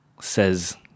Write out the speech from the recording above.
says